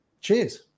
Cheers